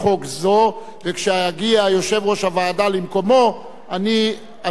כשיגיע יושב-ראש הוועדה למקומו אני אתחיל את ההצבעה.